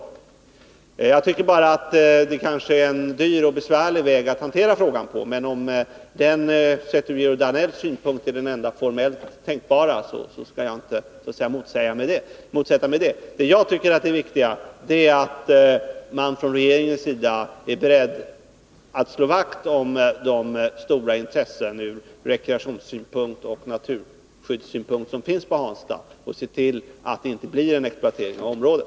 Jag tycker bara att det är ett dyrt och besvärligt sätt att hantera frågan på. Men om det, sett ur Georg Danells synpunkt, är det enda tänkbara, skall jag inte motsätta mig det. Det jag tycker är det viktiga är att man från regeringens sida är beredd att slå vakt om de stora rekreationsoch naturskyddsintressen som finns i Hansta och ser till att det inte blir en exploatering av området.